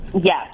Yes